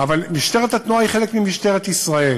אבל משטרת התנועה היא חלק ממשטרת ישראל.